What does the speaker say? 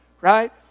right